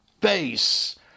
base